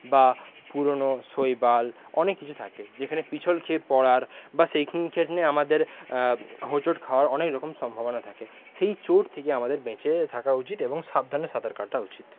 বা পুরোনো শৈবাল অনেক কিছু থাকে যেখানে পিছল খেয়ে পরার বা সেইখানে আমাদের হোঁচট খাওয়ার অনেকরকম সম্ভবনা থাকে সেই চোট থেকে আমদের বেঁচে থাকা উচিৎ এবং সাবধানে সাঁতার কাটা উচিৎ